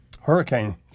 hurricane